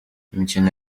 imikino